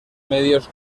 medios